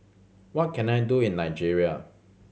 what can I do in Nigeria